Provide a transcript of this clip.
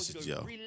yo